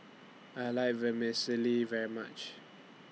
I like Vermicelli very much